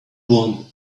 one